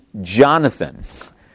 Jonathan